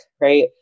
right